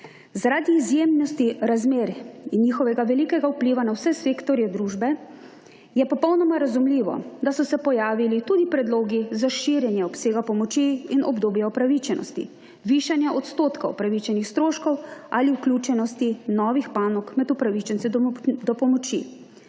Zaradi izjemnosti razmer in njihovega velika vpliva na vse sektorje družbe je popolnoma razumljivo, da so se pojavili tudi predlogi za širjenje obsega pomoči in obdobje opravičenosti, višanja odstotkov opravičenih stroškov ali vključenosti novih panog med opravičence do pomoči.